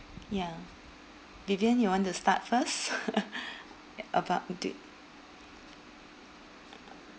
ya vivian you want to start first e~ about the